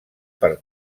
per